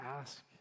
ask